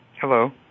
hello